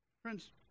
Friends